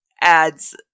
adds